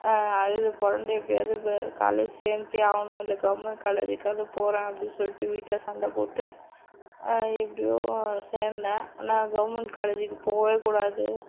அழுது புரண்டு எப்படியாது காலேஜ் சேர்த்தே ஆகணும் இல்லை கவர்மெண்ட் காலேஜுக்காது போகிறேன் அப்படின்னு சொல்லிட்டு வீட்டில் சண்டை போட்டு எப்படியோ சேர்ந்தேன் ஆனால் கவர்மெண்ட் காலேஜுக்கு போகவே கூடாது